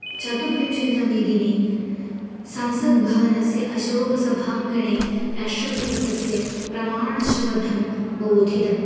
चतुर्विंशतितमे दिने संसद्भवनस्य अशोकसभाङ्गणे राष्ट्रपतिपदस्य प्रमाणशपथं बोधितम्